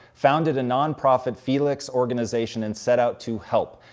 founded a non profit felix organization, and set out to help.